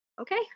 okay